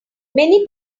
many